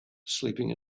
sleeping